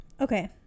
okay